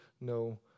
no